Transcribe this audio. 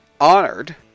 honored